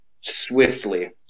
swiftly